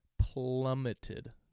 plummeted